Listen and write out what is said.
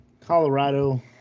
Colorado